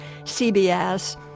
CBS